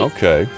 Okay